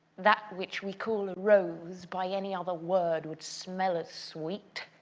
that which we call a rose by any other word would smell as sweet